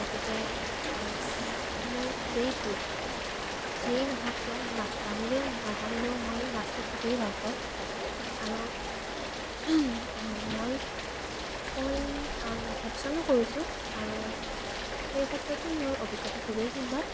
গতিকে ডান্স মোৰ খুবেই প্ৰিয় যিয়েই নহওক কিয় না জানিলেও নাজানিলেও মই নাচি খুবেই ভালপাওঁ আৰু মই মই ভেকচনো কৰিছোঁ আৰু সেই ক্ষেত্ৰটো মোৰ অভিজ্ঞতা খুবেই সুন্দৰ